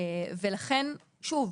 שוב,